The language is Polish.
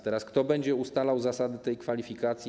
Teraz kto będzie ustalał zasady kwalifikacji?